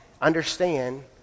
understand